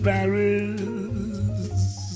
Paris